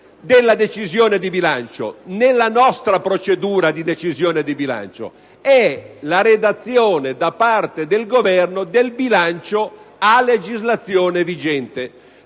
nella nostra procedura di decisione di bilancio? È la redazione da parte del Governo del bilancio a legislazione vigente;